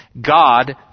God